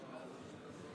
חוב' מ/1596).]